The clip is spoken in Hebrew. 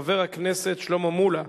חבר הכנסת שלמה מולה,